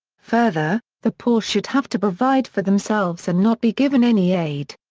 further, the poor should have to provide for themselves and not be given any aid.